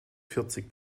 vierzig